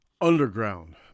Underground